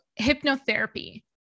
hypnotherapy